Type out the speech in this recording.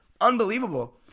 Unbelievable